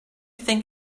think